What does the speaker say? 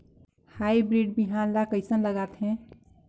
Hybrid बिहान ला कइसन लगाथे?